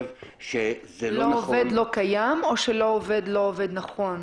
לא עובד לא קיים או שלא עובד נכון?